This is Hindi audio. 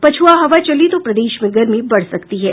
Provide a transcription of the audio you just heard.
पछ्आ हवा चली तो प्रदेश में गर्मी बढ़ सकती है